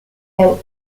and